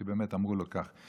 כי באמת אמרו לו כך.